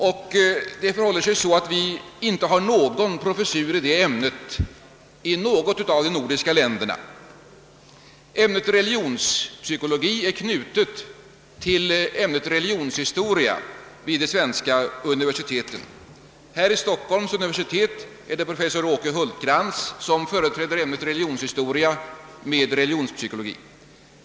I det ämnet har vi inte någon professur i något av de nordiska länderna. Ämnet religionspsykologi är knutet till ämnet religionshistoria vid de svenska universiteten. Vid Stockholms universitet är det professor Åke Hultkrantz som företräder ämnet religionshistoria med religionspsykologi.